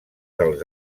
dels